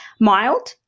mild